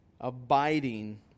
abiding